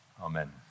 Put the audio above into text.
Amen